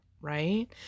right